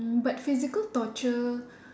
mm but physical torture